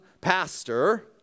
pastor